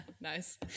Nice